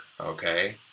okay